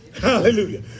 Hallelujah